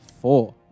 four